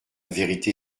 vérité